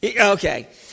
Okay